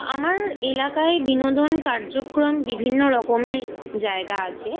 আমার এলাকায় বিনোদন কার্যক্রম বিভিন্ন রকমের জায়গা আছে